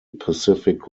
pacific